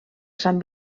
sant